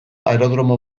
aerodromo